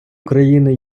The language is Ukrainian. україни